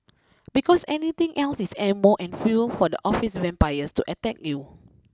because anything else is ammo and fuel for the office vampires to attack you